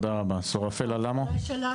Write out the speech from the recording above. המקרה שלה,